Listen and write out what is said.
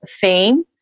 theme